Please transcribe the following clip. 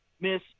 miss